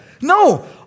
no